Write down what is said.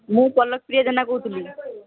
ମୁଁ ପଲକ୍ ପ୍ରିୟା ଜେନା କହୁଥିଲି